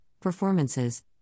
performances